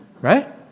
right